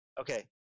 Okay